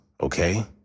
okay